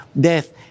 death